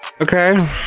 Okay